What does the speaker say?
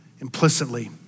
implicitly